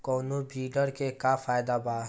कौनो वीडर के का फायदा बा?